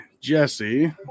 Jesse